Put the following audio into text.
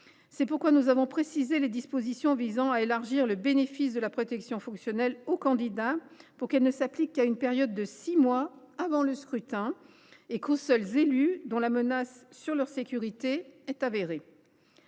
C’est pourquoi nous avons précisé les dispositions visant à élargir le bénéfice de la protection fonctionnelle aux candidats pour qu’elles ne s’appliquent qu’à une période de six mois avant le scrutin et aux seuls élus dont la menace sur leur sécurité est établie.